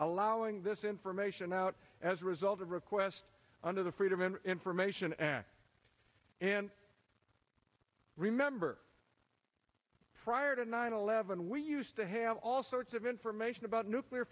allowing this information out as a result of request under the freedom of information act and remember prior to nine eleven we used to have all sorts of information about nuclear